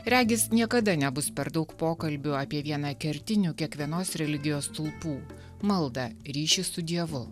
regis niekada nebus per daug pokalbių apie vieną kertinių kiekvienos religijos stulpų maldą ryšį su dievu